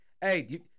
Hey